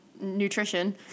nutrition